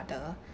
brother